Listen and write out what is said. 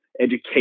education